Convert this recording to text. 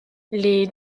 les